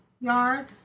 yard